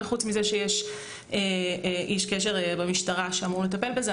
חוץ מזה שיש איש קשר במשטרה שאמור לטפל בזה.